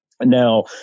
Now